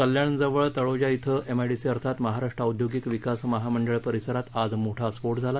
कल्याणजवळ तळोजा खिल्या एमआयडीसी अर्थात महाराष्ट्र औद्योगिक विकास महामंडळ परिसरात आज मोठा स्फोट झाला